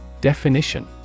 Definition